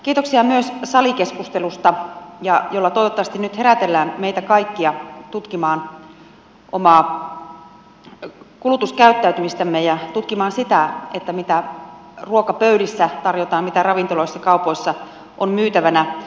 kiitoksia myös salikeskustelusta jolla toivottavasti nyt herätellään meitä kaikkia tutkimaan omaa kulutuskäyttäytymistämme ja tutkimaan sitä mitä ruokapöydissä tarjotaan mitä ravintoloissa kaupoissa on myytävänä